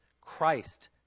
Christ